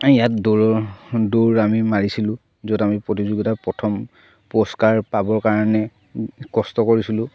ইয়াত দৌৰ দৌৰ আমি মাৰিছিলোঁ য'ত আমি প্ৰতিযোগিতাত প্ৰথম পুৰস্কাৰ পাবৰ কাৰণে কষ্ট কৰিছিলোঁ